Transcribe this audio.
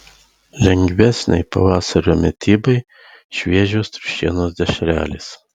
lengvesnei pavasario mitybai šviežios triušienos dešrelės